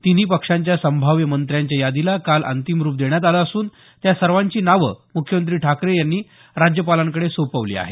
तिन्ही पक्षांच्या संभाव्य मंत्र्यांच्या यादीला काल अंतिमरूप देण्यात आलं असून त्या सर्वांची नावं मुख्यमंत्री ठाकरे यांनी राज्यपालांकडे सोपवली आहेत